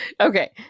Okay